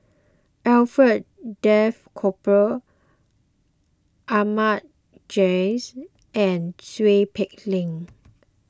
Alfred Duff Cooper Ahmad Jais and Seow Peck Leng